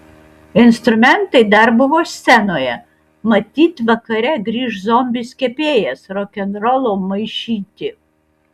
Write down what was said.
instrumentai dar buvo scenoje matyt vakare grįš zombis kepėjas rokenrolo maišyti